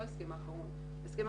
לא ההסכם האחרון אלא ההסכם המרכזי.